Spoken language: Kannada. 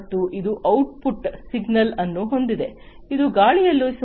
ಮತ್ತು ಇದು ಔಟ್ ಪುಟ್ ಸಿಗ್ನಲ್ ಅನ್ನು ಹೊಂದಿದೆ ಇದು ಗಾಳಿಯಲ್ಲಿ ಸುಮಾರು 0